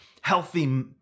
healthy